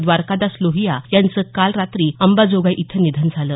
द्वारकादास लोहिया यांचं काल रात्री अंबाजोगाई इथं निधन झालं